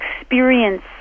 experience